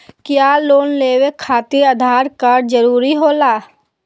क्या लोन लेवे खातिर आधार कार्ड जरूरी होला?